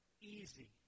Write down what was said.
easy